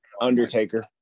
Undertaker